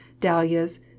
dahlias